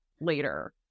later